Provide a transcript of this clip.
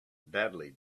badly